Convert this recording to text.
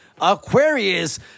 Aquarius